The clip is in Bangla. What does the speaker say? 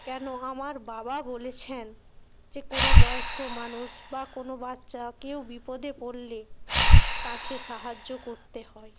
কেন আমার বাবা বলেছেন যে কোনো বয়স্ক মানুষ বা কোনো বাচ্চা কেউ বিপদে পড়লে তাখে সাহায্য করতে হয়